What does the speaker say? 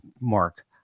mark